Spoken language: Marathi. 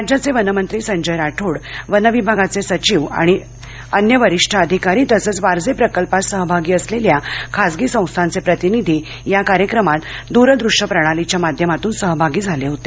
राज्याचे वनमंत्री संजय राठोड वन विभागाचे सचिव आणि अन्य वरिष्ठ अधिकारी तसंच वारजे प्रकल्पात सहभागी असलेल्या खाजगी संस्थांचे प्रतिनिधी या कार्यक्रमात दूरदृष्यप्रणालीच्या माध्यमातून सहभागी झाले होते